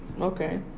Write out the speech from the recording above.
Okay